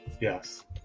Yes